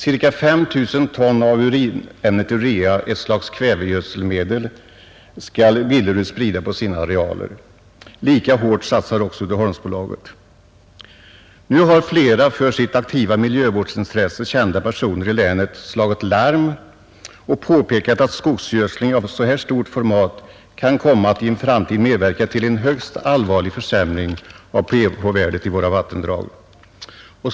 Cirka 5 000 ton av urinämnet urea, ett slags kvävegödselmedel, skall Billerud sprida på sina arealer. Lika hårt satsar också Uddeholmsbolaget. Nu har flera för sitt aktiva miljövårdsintresse kända personer i länet slagit larm och påpekat att skogsgödsling av så här stort format kan komma att i en framtid medverka till en högst allvarlig försämring av pH-värdet i våra vattendrag.